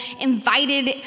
invited